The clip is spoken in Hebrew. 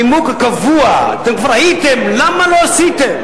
הנימוק הקבוע: אתם כבר הייתם, למה לא עשיתם.